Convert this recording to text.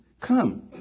Come